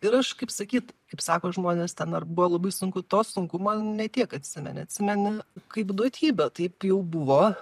ir aš kaip sakyt kaip sako žmonės ten ar buvo labai sunku to sunkumo ne tiek atsimeni atsimeni kaip duotybę taip jau buvo